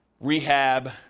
rehab